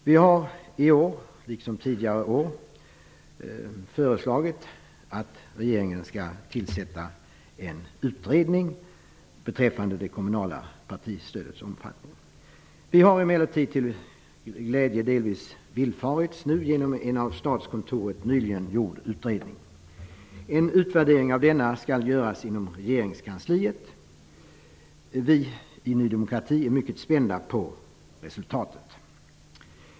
Vi har i år liksom tidigare år föreslagit att regeringen skall tillsätta en utredning beträffande det kommunala partistödets omfattning. Vi har emellertid till vår glädje nu delvis villfarits genom en av Statskontoret nyligen gjord utredning. En utvärdering av denna skall göras inom regeringskansliet. Vi i Ny demokrati är mycket spända på resultatet.